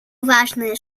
важные